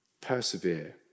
persevere